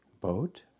boat